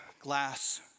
glass